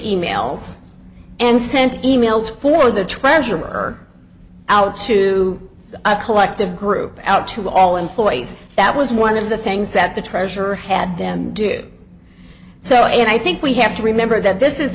emails and sent emails for the treasurer out to a collective group out to all employees that was one of the things that the treasurer had them do so i think we have to remember that this is